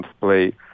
play